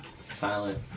silent